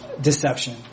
deception